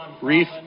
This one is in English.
Reef